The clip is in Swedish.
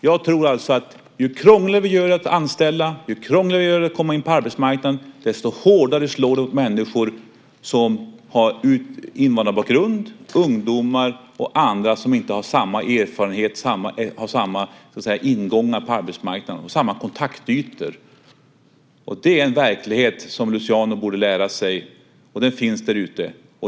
Jag tror att ju krångligare vi gör det att anställa och ju krångligare vi gör det att komma in på arbetsmarknaden, desto hårdare slår det mot människor som har invandrarbakgrund, ungdomar och andra som inte har samma erfarenhet, samma ingångar på arbetsmarknaden och samma kontaktytor. Det är en verklighet som Luciano borde lära sig, och den finns där ute.